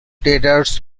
traders